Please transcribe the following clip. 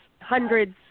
hundreds